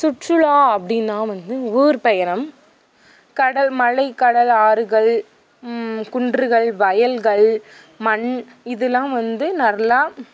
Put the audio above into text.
சுற்றுலா அப்படின்னா வந்து ஊர் பயணம் கடல் மலை கடல் ஆறுகள் குன்றுகள் வயல்கள் மண் இதலாம் வந்து நல்லா